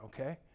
okay